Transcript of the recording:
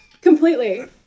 Completely